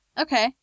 Okay